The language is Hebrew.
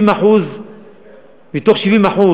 מתוך 70%,